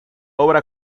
obra